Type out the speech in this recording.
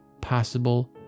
possible